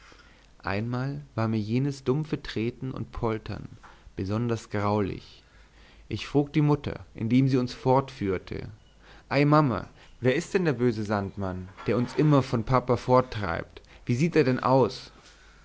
einmal war mir jenes dumpfe treten und poltern besonders graulich ich frug die mutter indem sie uns fortführte ei mama wer ist denn der böse sandmann der uns immer von papa forttreibt wie sieht er denn aus